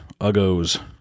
uggos